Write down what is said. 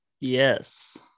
Yes